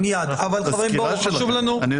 היה כתוב שבשוויץ יש